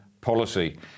policy